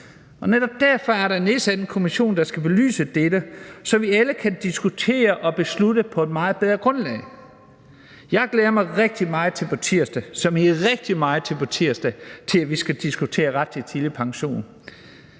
Og netop derfor er der nedsat en kommission, der skal belyse dette, så vi alle kan diskutere og beslutte på et meget bedre grundlag. Jeg glæder mig rigtig meget – som i rigtig meget – til på tirsdag, hvor vi skal diskutere ret til tidligere pension.